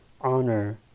honor